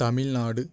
Tamil Nadu